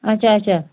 اَچھا اَچھا